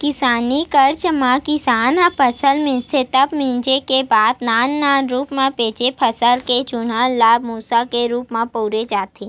किसानी कारज म किसान ह फसल मिंजथे तब मिंजे के बाद नान नान रूप म बचे फसल के चूरा ल भूंसा के रूप म बउरे जाथे